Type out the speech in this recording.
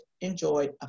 enjoyed